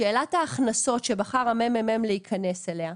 שאלת ההכנסות שבחר הממ"מ להיכנס אליה,